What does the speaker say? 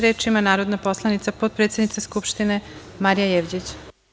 Reč ima narodna poslanica, potpredsednica Skupštine, Marija Jevđić.